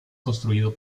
construido